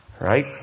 Right